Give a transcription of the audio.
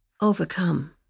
overcome